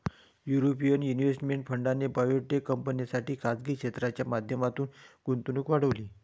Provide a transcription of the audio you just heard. European investment फंडाने biotech कंपन्यांसाठी खासगी क्षेत्राच्या माध्यमातून गुंतवणूक वाढवली